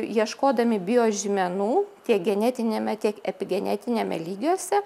ieškodami biožymenų tiek genetiniame tiek epigenetiniame lygiuose